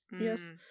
yes